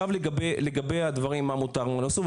לגבי הדברים של מה מותר ומה אסור,